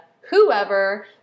whoever